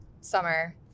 summer